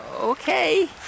okay